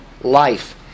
life